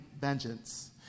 vengeance